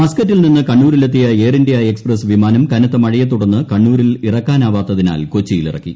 മസ്ക്കറ്റിൽ നിന്ന് കണ്ണൂരിലെത്തിയ Air India Express വിമാനം കനത്ത മഴയെ തുടർന്ന് കണ്ണൂരിൽ ഇറക്കാനാവാത്തതിനാൽ കൊച്ചിയിലിറക്കി